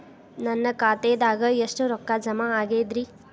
ನನ್ನ ಖಾತೆದಾಗ ಎಷ್ಟ ರೊಕ್ಕಾ ಜಮಾ ಆಗೇದ್ರಿ?